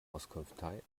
auskunftei